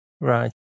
Right